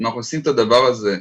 אם אנחנו עושים את הדבר הזה,